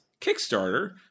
kickstarter